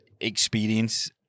experience